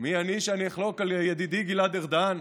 מי אני שאני אחלוק על ידידי גלעד ארדן,